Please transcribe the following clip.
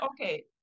okay